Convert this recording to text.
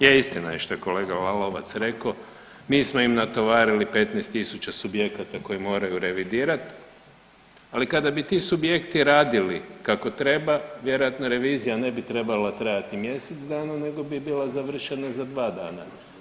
Je istina je što je kolega Lalovac rekao, mi smo im natovarili 15.000 subjekata koje moraju revidirat, ali kada bi ti subjekti radili kako treba vjerojatno revizija ne bi trebala mjesec dana nego bi bila završena za 2 dana.